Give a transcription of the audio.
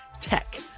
tech